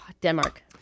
Denmark